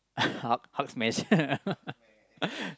Hulk Hulk's